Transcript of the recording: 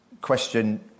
question